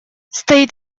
стоит